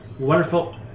wonderful